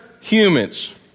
humans